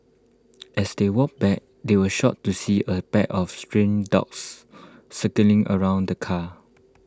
as they walked back they were shocked to see A pack of stray dogs circling around the car